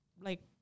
like-